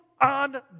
on